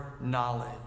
knowledge